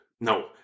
no